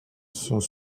sont